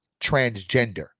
transgender